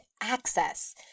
access